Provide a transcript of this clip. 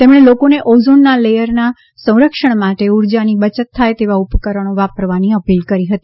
તેમણે લોકોને ઓઝોનના લેચરના સંરક્ષણ માટે ઉર્જાની બચત થાય તેવા ઉપકરણો વાપરવાની અપીલ કરી હતી